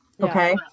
Okay